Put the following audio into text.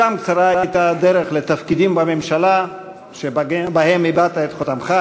משם קצרה הייתה הדרך לתפקידים בממשלה שבהם הטבעת את חותמך: